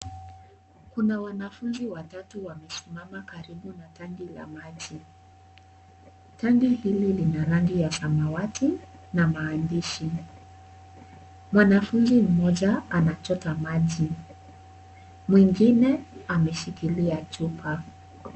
Kuna wanafunzi wamesimama karibu na tangi la maji. Tangi hili lina rangi ya samawati na maandishi. Mwanafunzi mmoja anachota maji. Mwingine ameshikilia chupa.